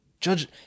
Judge